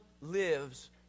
lives